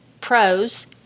pros